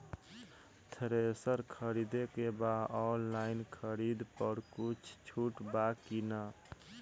Thresher खरीदे के बा ऑनलाइन खरीद पर कुछ छूट बा कि न?